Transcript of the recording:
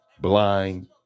Blind